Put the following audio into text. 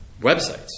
websites